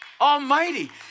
Almighty